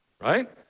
right